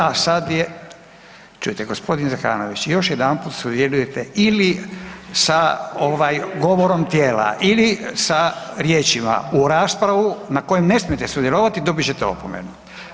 A sada je …… [[Upadica se ne razumije.]] Čujte gospodine Zekanović još jedanput sudjelujete ili sa govorom tijela, ili sa riječima u raspravu na kojoj ne smijete sudjelovati dobit ćete opomenu.